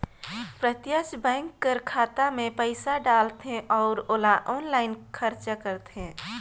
प्रत्यक्छ बेंक कर खाता में पइसा डालथे अउ ओला आनलाईन खरचा करथे